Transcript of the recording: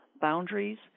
boundaries